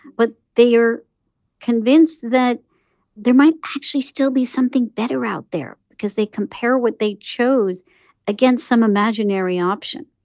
but they are convinced that there might actually still be something better out there because they compare what they chose against some imaginary option.